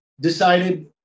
decided